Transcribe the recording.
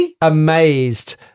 amazed